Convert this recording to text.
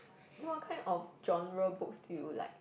then what kind of genre books do you like